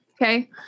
Okay